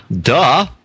duh